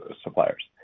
suppliers